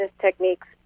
techniques